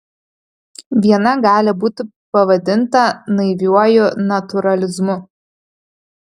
viena gali būti pavadinta naiviuoju natūralizmu